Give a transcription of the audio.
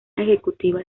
ejecutiva